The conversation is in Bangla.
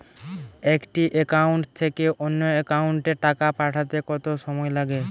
একটি একাউন্ট থেকে অন্য একাউন্টে টাকা পাঠাতে কত সময় লাগে?